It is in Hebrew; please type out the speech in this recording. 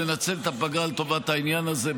לנצל את הפגרה לטובת העניין הזה.